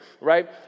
right